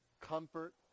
comfort